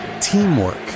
teamwork